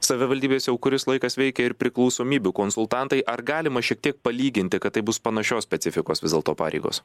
savivaldybėse jau kuris laikas veikia ir priklausomybių konsultantai ar galima šiek tiek palyginti kad tai bus panašios specifikos vis dėlto pareigos